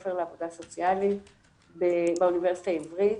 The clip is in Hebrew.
הספר לעבודה סוציאלית באוניברסיטה העברית,